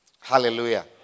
Hallelujah